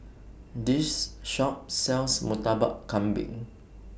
This Shop sells Murtabak Kambing